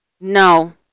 No